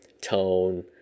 tone